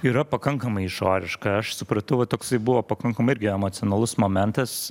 yra pakankamai išoriška aš supratau va toksai buvo pakankamai irgi emocionalus momentas